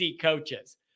coaches